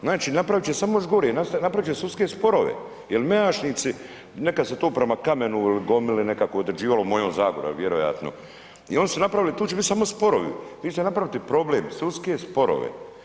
Znači, napravit će samo još gore, napravit će sudske sporove jel mejašnici, nekad se to prema kamenu, gomili nekakvoj određivalo u mojoj Zagori, a vjerojatno i oni su napravili, tu će bit samo sporovi, vi ćete napraviti problem, sudske sporove.